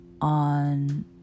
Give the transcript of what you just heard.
on